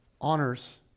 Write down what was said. honors